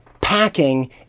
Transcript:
Packing